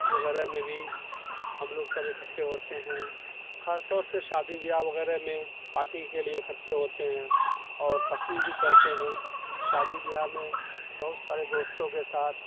وغیرہ میں بھی ہم لوگ سب اکھٹے ہوتے ہیں خاص طور سے شادی بیاہ وغیرہ میں پارٹی کے لیے اکھٹے ہوتے ہیں اور تفریح بھی کرتے ہیں شادی بیاہ میں بہت سارے دوستوں کے ساتھ